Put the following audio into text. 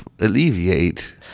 alleviate